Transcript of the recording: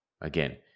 again